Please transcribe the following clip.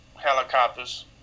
helicopters